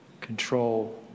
control